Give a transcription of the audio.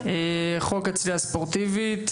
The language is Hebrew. חוק הצלילה הספורטיבית.